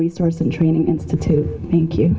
resource and training institute thank you